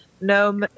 no